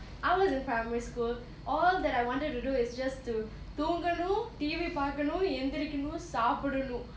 I was in primary school all that I wanted to do is just to தூங்கனும்:thoonganum T_V பாக்கணும் எந்திரிக்கனும் சாப்டனும்:paakkanum endhirikkanum saapdanum